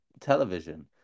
television